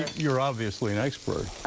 you're obviously an expert.